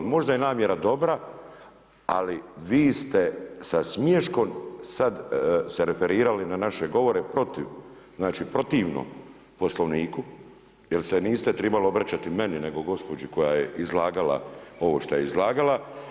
Možda je namjera dobra, ali vi ste sa smiješkom sad se referirali na naše govore protiv, znači protivno Poslovniku jer se niste tribali obraćati meni nego gospođi koja je izlagala ovo što je izlagala.